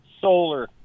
solar